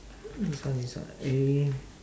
this one is what eh